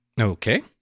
Okay